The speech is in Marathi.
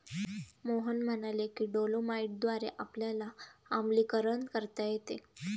मोहन म्हणाले की डोलोमाईटद्वारे आपल्याला आम्लीकरण करता येते